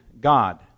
God